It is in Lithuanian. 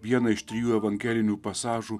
vieną iš trijų evangelinių pasažų